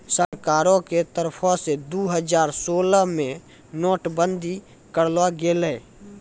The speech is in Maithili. सरकारो के तरफो से दु हजार सोलह मे नोट बंदी करलो गेलै